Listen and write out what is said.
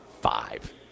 Five